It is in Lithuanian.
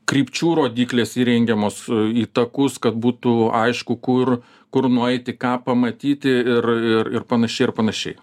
krypčių rodyklės įrengiamos į takus kad būtų aišku kur kur nueiti ką pamatyti ir ir ir panašiai ir panašiai